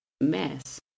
mess